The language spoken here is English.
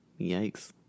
yikes